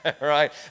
right